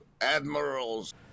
Admirals